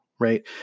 right